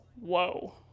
Whoa